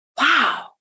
Wow